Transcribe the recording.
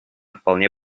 вполне